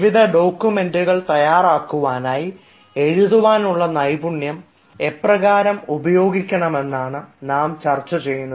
വിവിധ ഡോക്യുമെൻറ്റുകൾ തയ്യാറാക്കുവാനായി എഴുതുവാനുള്ള നൈപുണ്യം എപ്രകാരം ഉപയോഗിക്കണമെന്നാണ് നാം ചർച്ച ചെയ്യുന്നത്